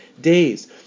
days